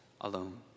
alone